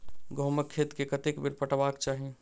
गहुंमक खेत केँ कतेक बेर पटेबाक चाहि?